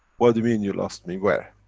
what do you mean you lost me? where?